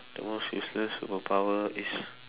the most useless superpower is